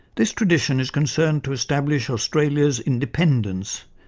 this tradition is concerned to establish australia's independence,